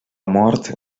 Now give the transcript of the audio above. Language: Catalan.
mort